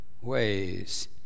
ways